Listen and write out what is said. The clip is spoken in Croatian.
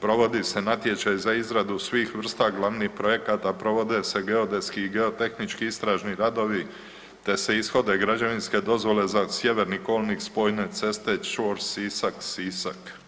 Provodi se natječaj za izradu svih vrsta glavnih projekata, provode se geodetski i geotehnički istražni radovi te se ishode građevinske dozvole za sjeverni kolnik spojne ceste čvor Sisak-Sisak.